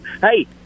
Hey